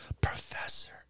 professor